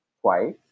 twice